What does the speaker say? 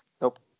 Nope